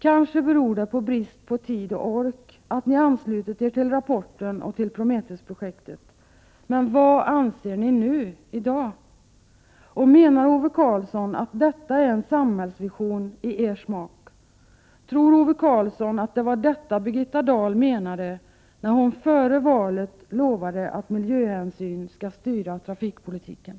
Kanske beror det på brist på tid och kraft att ni har anslutit er till rapporten och till Prometheus-projektet. Men vad anser ni nu, i dag? Menar Ove Karlsson att detta är en samhällsvision i er smak? Tror Ove Karlsson att det var detta som Birgitta Dahl menade när hon före valet lovade att miljöhänsyn skall styra trafikpolitiken?